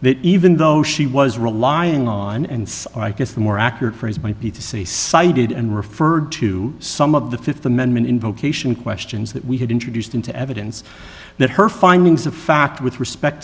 that even though she was relying on and so i guess the more accurate for as might be to say cited and referred to some of the fifth amendment in vocation questions that we had introduced into evidence that her findings of fact with respect